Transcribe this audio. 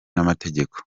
n’amategeko